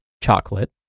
chocolate